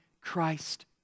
Christ